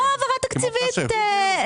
כפי שנשאלנו גם בדיונים הקודמים,